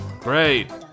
great